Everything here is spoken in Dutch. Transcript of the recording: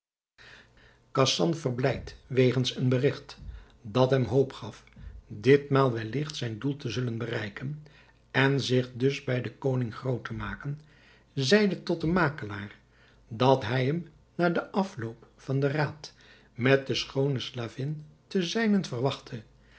khasan verblijd wegens een berigt dat hem hoop gaf ditmaal welligt zijn doel te zullen bereiken en zich dus bij den koning groot te maken zeide tot den makelaar dat hij hem na den afloop van den raad met de schoone slavin ten zijnent verwachtte